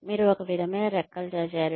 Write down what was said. మీరు ఒక విధమైన రెక్కలు చాచారు